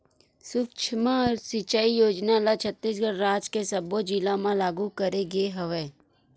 सुक्ष्म सिचई योजना ल छत्तीसगढ़ राज के सब्बो जिला म लागू करे गे हवय